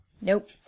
Nope